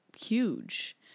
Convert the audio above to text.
huge